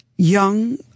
Young